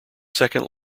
second